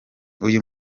uyu